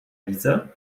liese